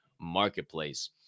Marketplace